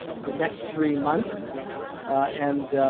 the next three months and